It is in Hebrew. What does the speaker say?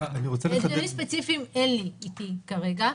נתונים ספציפיים אין לי איתי כרגע.